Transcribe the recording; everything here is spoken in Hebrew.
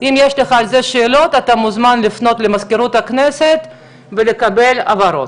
אם יש לך על זה שאלות אתה מוזמן לפנות למזכירות הכנסת ולקבל הבהרות.